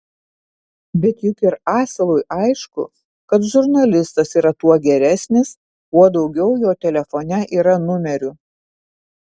bet juk ir asilui aišku kad žurnalistas yra tuo geresnis kuo daugiau jo telefone yra numerių